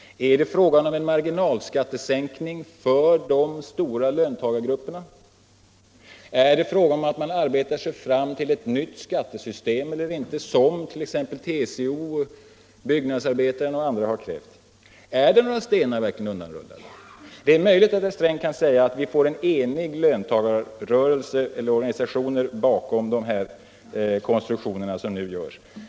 Är det fråga om en marginalskattesänkning för de stora löntagargrupperna? Är det fråga om att arbeta sig fram till ett nytt skattesystem eller inte, som t.ex. TCO, byggnadsarbetarna och andra har krävt? Är några stenar verkligen undanrullade? Det är möjligt att herr Sträng kan säga att vi får eniga löntagarorganisationer bakom de konstruktioner som nu görs.